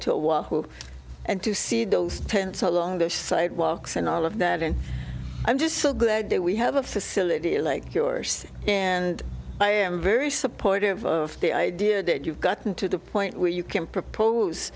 while and to see those tents along the sidewalks and all of that and i'm just so glad that we have a facility like yours and i am very supportive of the idea that you've gotten to the point where you can propose